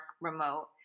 remote